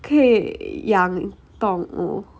可以养动物